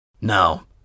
Now